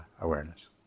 awareness